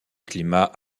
climat